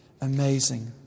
amazing